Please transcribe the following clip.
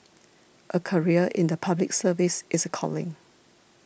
a career in the Public Service is a calling